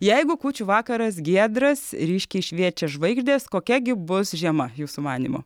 jeigu kūčių vakaras giedras ryškiai šviečia žvaigždės kokia gi bus žiema jūsų manymu